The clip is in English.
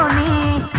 me,